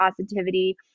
positivity